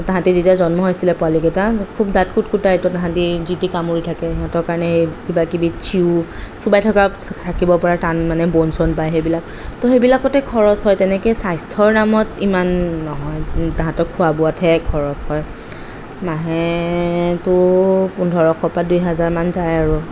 তাহাঁতি যেতিয়া জন্ম হৈছিলে পোৱালীকেইটা খুব দাঁত কুটকুটাই তৌ তাহাঁতি যিটি কামুৰি থাকে সেইটো কাৰণে কিবাকিবি চিউ চোৱাই থকা থাকিবপৰা টান মানে ব'ন চন পায় সেইবিলাক তৌ সেইবিলাকতে খৰচ হয় তেনেকৈ স্বাস্থ্য়ৰ নামত ইমান নহয় তাহাঁতক খোৱা বোৱাতহে খৰচ হয় মাহেটো পোন্ধৰশৰপৰা দুই হেজাৰমান যায় আৰু